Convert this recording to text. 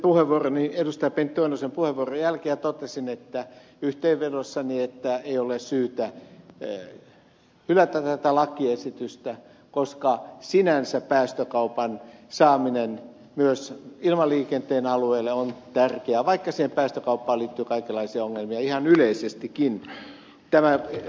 pentti oinosen puheenvuoron jälkeen ja totesin yhteenvedossani että ei ole syytä hylätä tätä lakiesitystä koska sinänsä päästökaupan saaminen myös ilmaliikenteen alueelle on tärkeää vaikka siihen päästökauppaan liittyy kaikenlaisia ongelmia ihan yleisestikin tämä ed